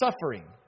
suffering